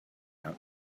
out